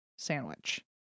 Sandwich